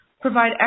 provide